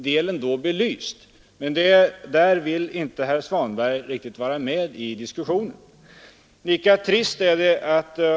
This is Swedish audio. Det är trist att höra herr Svanbergs slängar om den luftiga liberalismen.